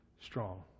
strong